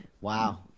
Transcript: wow